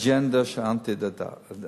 אג'נדה של אנטי-דתיים.